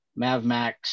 MavMax